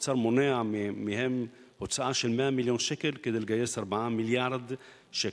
האוצר מונע מהם הוצאה של 100 מיליון שקל כדי לגייס 4 מיליארד שקל.